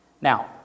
Now